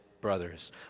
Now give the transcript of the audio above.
brothers